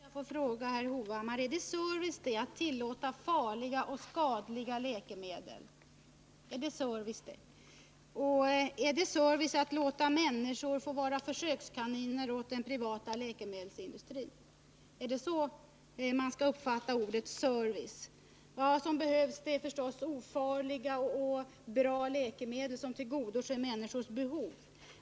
Fru talman! Då måste jag få fråga herr Hovhammar: Är det service att tillåta farliga och skadliga läkemedel? Är det service att låta människor vara försökskaniner åt den privata läkemedelsindustrin? Är det så man skall uppfatta ordet service? Vad som behövs är förstås ofarliga och bra läkemedel som tillgodoser människors behov.